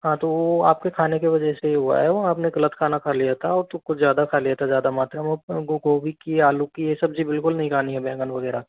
हाँ तो वो आपके खाने की वजह से ही हुआ है वो आपने गलत खाना खा लिया था और तो कुछ ज़्यादा खा लिया था ज़्यादा मात्रा में वो गोभी की आलू की ये सब्जी बिल्कुल नहीं खानी है बैगन वगैरह